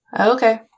okay